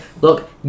look